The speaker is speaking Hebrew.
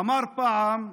אמר פעם: